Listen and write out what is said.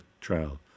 trail